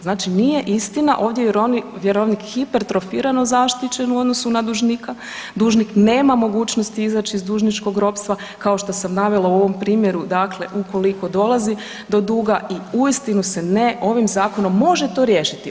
Znači nije istina, ovdje je vjerovnik hipertrofirano zaštićen u odnosu na dužnika, dužnik nema mogućnost izaći iz dužničkog ropstva, kao što sam navela u ovom primjeru, dakle ukoliko dolazi do duga i uistinu se ne, ovim Zakonom može to riješiti.